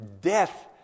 death